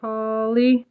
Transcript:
Polly